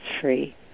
free